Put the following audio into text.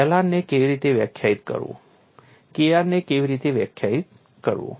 Lr ને કેવી રીતે વ્યાખ્યાયિત કરવું Kr ને કેવી રીતે વ્યાખ્યાયિત કરવું